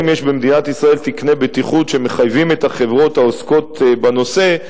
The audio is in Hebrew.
האם יש במדינת ישראל תקני בטיחות שמחייבים את החברות העוסקות בנושא,